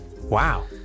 Wow